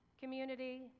community